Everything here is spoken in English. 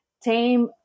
tame